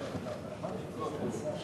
ועדות תכנון ובנייה.